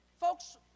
Folks